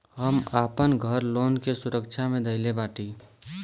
हम आपन घर लोन के सुरक्षा मे धईले बाटी